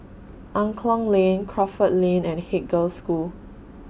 Angklong Lane Crawford Lane and Haig Girls' School